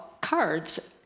cards